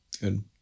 Good